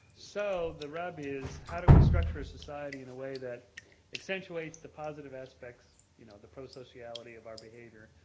so the rub is how do we structure a society in a way that accentuates the positive aspects, you know the pro-sociality of our behaviour,